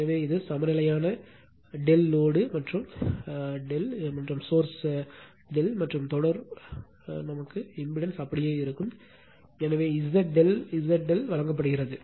எனவே இது சமநிலையான ∆ லோடு ∆ மற்றும் சோர்ஸ்ம் ∆ மற்றும் தொடர் இம்பிடன்ஸ் அப்படியே இருக்கும் எனவே Z ∆ Z∆ வழங்கப்படுகிறது